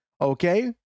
Okay